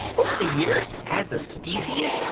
over the years as a species,